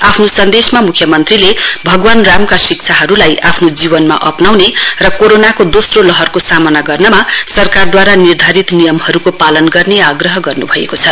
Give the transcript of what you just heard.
आफ्नो सन्देशमा मुख्यमन्त्रीले भगवान् रामका शिक्षालाई आफ्नो जीवनमा अप्नाएर र कोरोनाको दोस्रो लहरको सामना गर्नमा सरकारद्वारा निर्धारित नियमहरूको पालन गर्ने आग्रह गर्न् भएको छ